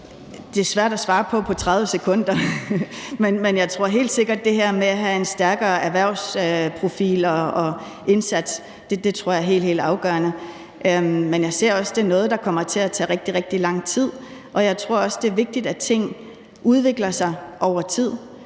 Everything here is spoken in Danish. Det er svært at svare på på 30 sekunder, men jeg tror helt sikkert, at det her med at have en stærkere erhvervsprofil og -indsats er helt, helt afgørende. Men jeg ser også, at det er noget, der kommer til at tage rigtig, rigtig lang tid, og jeg tror også, det er vigtigt, at ting udvikler sig over tid.